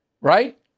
right